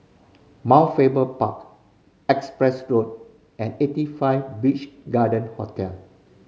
Mount Faber Park Empress Road and Eighty Five Beach Garden Hotel